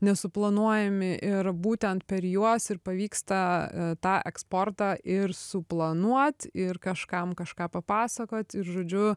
nesuplanuojami ir būtent per juos ir pavyksta tą eksportą ir suplanuot ir kažkam kažką papasakot ir žodžiu